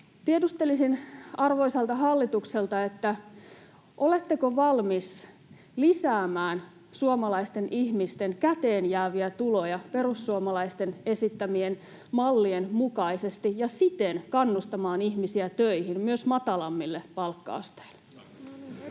Tiedustelisin arvoisalta hallitukselta: oletteko valmiita lisäämään suomalaisten ihmisten käteenjääviä tuloja perussuomalaisten esittämien mallien mukaisesti ja siten kannustamaan ihmisiä töihin myös matalammille palkka-asteille? [Speech